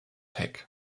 heck